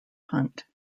hunt